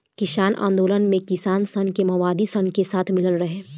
किसान आन्दोलन मे किसान सन के मओवादी सन के साथ मिलल रहे